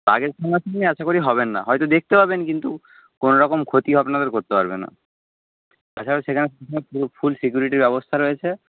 বাঘের সামনাসামনি আশা করি হবেন না হয়তো দেখতে পাবেন কিন্তু কোনোরকম ক্ষতি আপনাদের করতে পারবে না তাছাড়া সেখানে ফুল সিকিউরিটির ব্যবস্থা রয়েছে